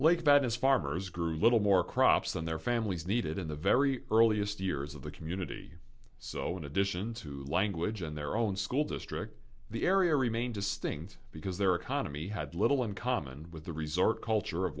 his farmers grew little more crops and their families needed in the very earliest years of the community so in addition to language and their own school district the area remained distinct because their economy had little in common with the resort culture of